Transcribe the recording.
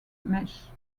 mesh